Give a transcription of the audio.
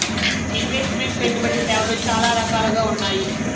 invest meant పెట్టుబడి సేవలు చాలా రకాలుగా ఉన్నాయి